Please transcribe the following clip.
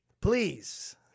Please